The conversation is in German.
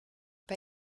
bei